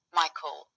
michael